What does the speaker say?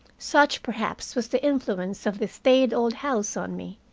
such perhaps was the influence of the staid old house on me,